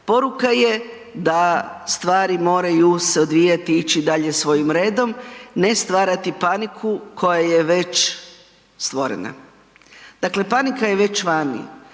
Poruka je da stvari moraju se odvijati i ići dalje svojim redom, ne stvarati paniku koja je već stvorena. Dakle, panika je već vani.